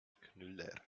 knüller